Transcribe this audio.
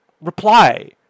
reply